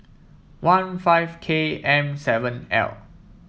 one five K M seven L